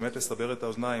באמת לסבר את האוזניים,